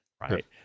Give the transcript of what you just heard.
right